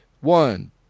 one